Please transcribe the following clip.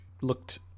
looked